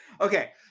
Okay